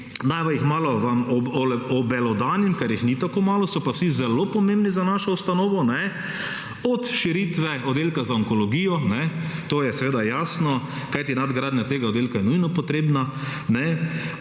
Naj vam malo obelodanim, ker jih ni tako malo, so pa vsi zelo pomembni za našo ustanovo. Od širitve oddelka za onkologijo, to je seveda jasno, kajti nadgradnja tega oddelka je nujno potrebna,